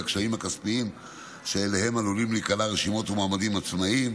לקשיים הכספיים שאליהם עלולים להיקלע רשימות ומועמדים עצמאים.